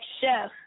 chef